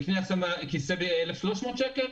הוא יקנה עכשיו כיסא ב-1,300 שקל?